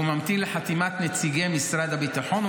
והוא ממתין לחתימת נציגי משרד הביטחון,